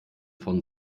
von